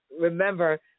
remember